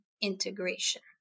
integration